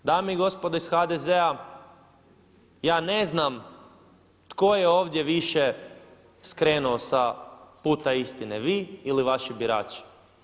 Dame i gospodo iz HDZ-a ja ne znam tko je ovdje više skrenuo sa puta istine vi ili vaši birači.